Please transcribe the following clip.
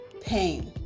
pain